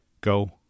go